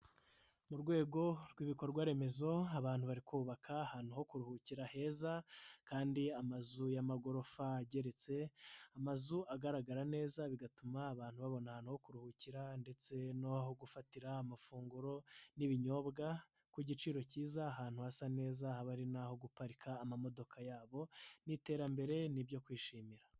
Mu rwego rw'ibikorwaremezo, abantu bari kubaka ahantu ho kuruhukira heza, kandi amazu y'amagorofa ageretse, amazu agaragara neza, bigatuma abantu babona ahantu ho kuruhukira ndetse na aho gufatira amafunguro n'ibinyobwa ku giciro cyiza, ahantu hasa neza haba hari na aho guparika amamodoka yabo, ni iterambere, ni ibyo kwishimira.